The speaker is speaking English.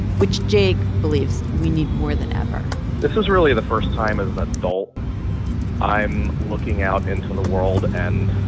which jake believes we need more than ever this was really the first time as an adult i'm looking out into the world and